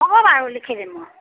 হ'ব বাৰু লিখি দিম মই